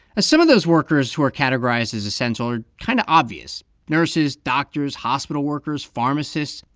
some of those workers who are categorized as essential are kind of obvious nurses, doctors, hospital workers, pharmacists.